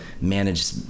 manage